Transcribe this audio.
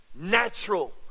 natural